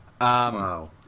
Wow